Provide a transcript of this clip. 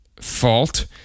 fault